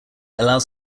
allows